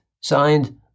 Signed